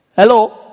Hello